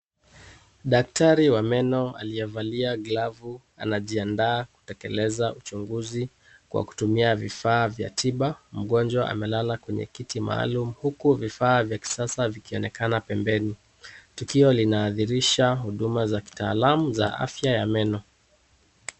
Daktari wa meno aliyevaa glove anajiandaa kutekeleza uchunguzi kwa kumtumia vifaa vya tiba. Mgonjwa amelala kwenye kiti maalumu huku vifaa vya kisasa vikionekana pembeni. Tukio linaathirisha huduma za kitaalamu za meno.